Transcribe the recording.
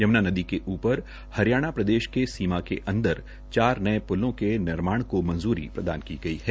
यम्ना नदी के ऊपर हरियाणा प्रदेश के सीमा के अंदर चार नये प्लों के निर्माण को मंजूरी प्रदान गई है